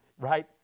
right